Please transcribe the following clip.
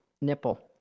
nipple